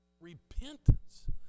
Repentance